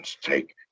take